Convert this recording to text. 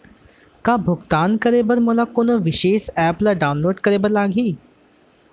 का भुगतान करे बर मोला कोनो विशेष एप ला डाऊनलोड करे बर लागही